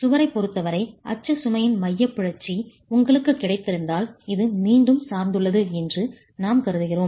சுவரைப் பொறுத்தவரை அச்சு சுமையின் மையப் பிறழ்ச்சி உங்களுக்கு கிடைத்திருந்தால் இது மீண்டும் சார்ந்துள்ளது என்று நாம் கருதுகிறோம்